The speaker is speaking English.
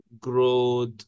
growth